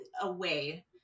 away